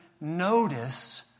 notice